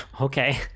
Okay